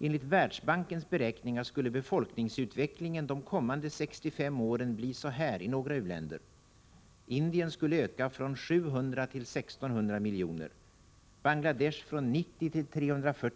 Enligt Världsbankens beräkningar skulle befolkningsutvecklingen de kommande 65 åren bli så här i några u-länder.